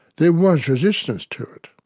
there was resistance to it.